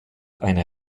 eine